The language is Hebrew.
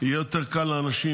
יהיה יותר קל לאנשים,